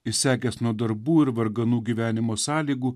išsekęs nuo darbų ir varganų gyvenimo sąlygų